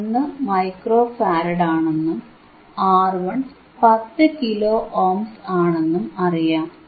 1 microfarad ആണെന്നും R1 10 kilo ohms ആണെന്നും അറിയാം